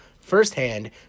firsthand